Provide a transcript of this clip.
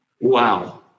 Wow